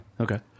okay